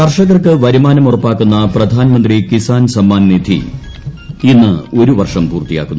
കർഷകർക്ക് വരുമാനം ഉറപ്പാക്കുന്ന പ്രധാൻ മന്ത്രി കിസാൻ സമ്മാൻ നിധി ഇന്ന് ഒരു വർഷം പൂർത്തിയാക്കുന്നു